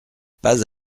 pas